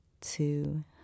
two